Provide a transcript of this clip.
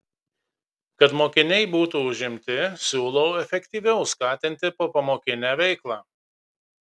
kad mokiniai būtų užimti siūlau efektyviau skatinti popamokinę veiklą